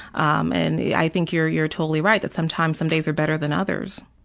um and i think you're you're totally right that sometimes some days are better than others.